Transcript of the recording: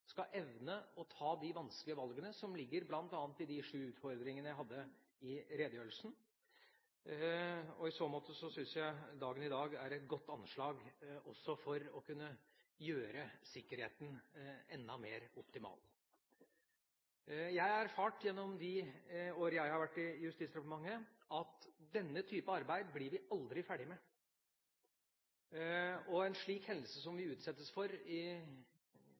skal evne å ta de vanskelige valgene som ligger bl.a. i de sju utfordringene jeg hadde i redegjørelsen. I så måte synes jeg dagen i dag er et godt anslag også for å kunne gjøre sikkerheten enda mer optimal. Jeg har erfart gjennom de årene jeg har vært i Justisdepartementet, at denne type arbeid blir vi aldri ferdig med. En slik hendelse som vi den 22. juli ble utsatt for,